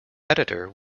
editor